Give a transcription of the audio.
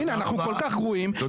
הנה, אנחנו כל כך גרועים --- תודה רבה.